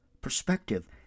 perspective